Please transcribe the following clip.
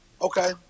Okay